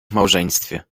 małżeństwie